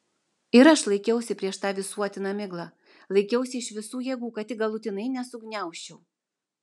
ir aš laikiausi prieš tą visuotiną miglą laikiausi iš visų jėgų kad tik galutinai nesugniaužčiau